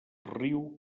riu